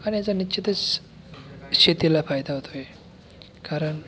आणि याचा निश्चितच शेतीला फायदा होतो आहे कारण